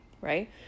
right